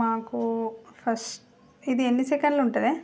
మాకు ఫస్ట్ ఇది ఎన్ని సెకండ్లు ఉంటుంది